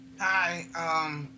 Hi